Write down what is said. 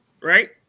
right